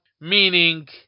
meaning